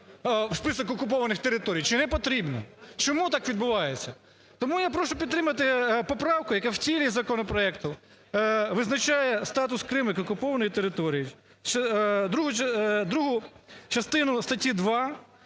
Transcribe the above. в список окупованих територій, чи не потрібно. Чому так відбувається? Тому я прошу підтримати поправку, яка в тілі законопроекту визначає статус Криму як окупованої території. Другу частину статті 2